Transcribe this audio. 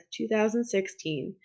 2016